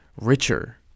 richer